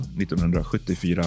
1974